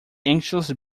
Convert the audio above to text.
anxiously